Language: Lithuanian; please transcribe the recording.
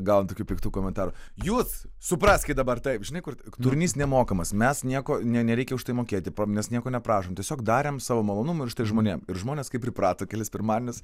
gavom tokių piktų komentarų jūs supraskit dabar taip žinai kur turinys nemokamas mes nieko ne nereikia už tai mokėti mes nieko neprašom tiesiog darėm savo malonumui ir štai žmonėm ir žmonės kaip priprato kelis pirmadienius